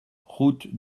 route